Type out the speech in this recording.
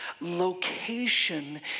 location